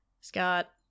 Scott